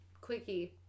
Quickie